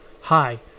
Hi